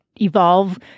evolve